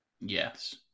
Yes